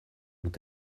ont